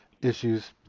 issues